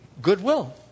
Goodwill